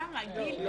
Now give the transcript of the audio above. למה, גיל?